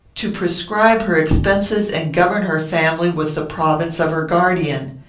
to prescribe her expenses and govern her family was the province of her guardian.